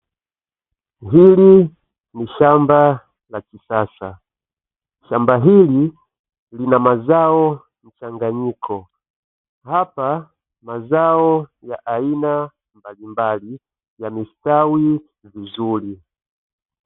Hili ni shamba la kisasa, shamba hili linamazao mchanganyiko hapa mazao ya aina mbalimbali, yamestawi vizuri.